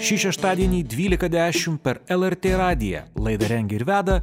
šį šeštadienį dvylika dešim per lrt radiją laidą rengia ir veda